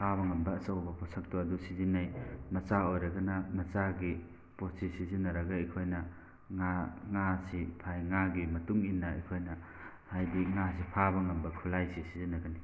ꯐꯥꯕ ꯉꯝꯕ ꯑꯆꯧꯕ ꯄꯣꯠꯁꯛꯇꯨ ꯑꯗꯨ ꯁꯤꯖꯤꯟꯅꯩ ꯃꯆꯥ ꯑꯣꯏꯔꯒꯅ ꯃꯆꯥꯒꯤ ꯄꯣꯠꯁꯤ ꯁꯤꯖꯤꯟꯅꯔꯒ ꯑꯩꯈꯣꯏꯅ ꯉꯥ ꯉꯥꯁꯤ ꯐꯥꯏ ꯉꯥꯒꯤ ꯃꯇꯨꯡ ꯏꯟꯅ ꯑꯩꯈꯣꯏꯅ ꯍꯥꯏꯗꯤ ꯉꯥꯁꯤ ꯐꯥꯕ ꯉꯝꯕ ꯈꯨꯠꯂꯥꯏꯁꯤ ꯁꯤꯖꯤꯟꯅꯒꯅꯤ